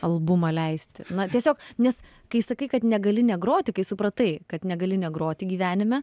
albumą leisti na tiesiog nes kai sakai kad negali negroti kai supratai kad negali negroti gyvenime